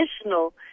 additional